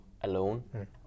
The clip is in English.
alone